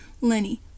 Lenny